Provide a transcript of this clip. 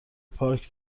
پارک